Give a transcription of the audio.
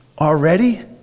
already